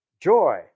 Joy